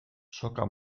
soka